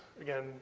again